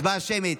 הצבעה שמית,